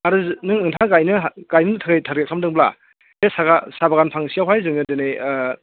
आरो नों नोंथाङा गायनो थाखाय टारगेट खालामदोंब्ला बे साहा बागान फांसेयावहाय जोंङो दिनै